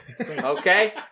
Okay